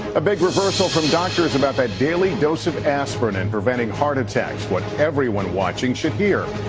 a big reversal from doctors about that daily dose of aspirin in preventing heart attacks. what everyone watching should hear.